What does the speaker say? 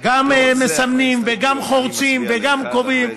גם מסמנים וגם חורצים וגם קובעים.